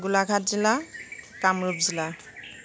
গোলাঘাট জিলা কামৰূপ জিলা